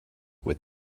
with